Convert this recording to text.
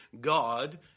God